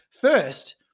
First